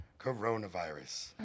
coronavirus